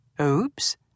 Oops